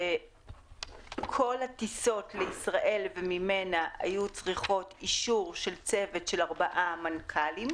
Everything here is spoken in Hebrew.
שכל הטיסות לישראל וממנה היו צריכות אישור של צוות של ארבעה מנכ"לים,